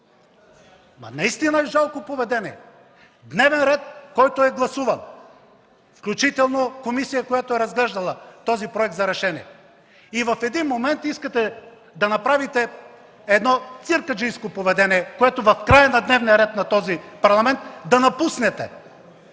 Наистина, жалко поведение! Дневен ред, който е гласуван, включително комисия, която е разглеждала проекта за решение, а в един момент искате и правите циркаджийско поведение, като в края на дневния ред на този парламент напуснете,